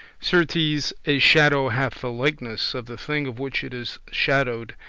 certes a shadow hath the likeness of the thing of which it is shadowed,